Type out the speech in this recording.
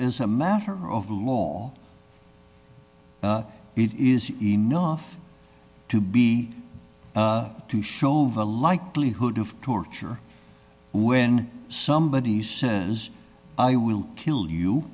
as a matter of law it is enough to be to show the likelihood of torture when somebody says i will kill you